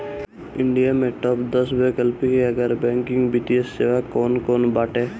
India में top दस वैकल्पिक या गैर बैंकिंग वित्तीय सेवाएं कौन कोन बाटे?